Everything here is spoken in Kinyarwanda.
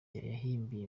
yihimbiye